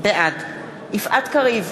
בעד יפעת קריב,